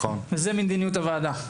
זאת מדיניות הוועדה.